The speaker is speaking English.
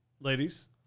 ladies